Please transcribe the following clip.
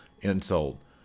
insult